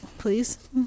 please